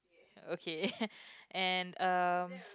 okay and